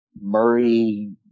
Murray